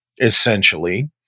essentially